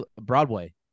Broadway